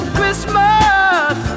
Christmas